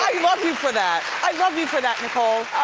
love you for that. i love you for that, nicole.